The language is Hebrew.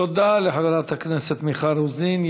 תודה לחברת הכנסת מיכל רוזין.